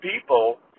people